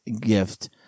gift